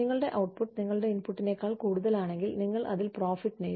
നിങ്ങളുടെ ഔട്ട്പുട്ട് നിങ്ങളുടെ ഇൻപുട്ടിനേക്കാൾ കൂടുതലാണെങ്കിൽ നിങ്ങൾ അതിൽ പ്രോഫിറ്റ് നേടി